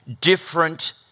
Different